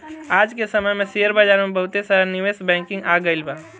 आज के समय में शेयर बाजार में बहुते सारा निवेश बैंकिंग आ गइल बा